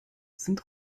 sind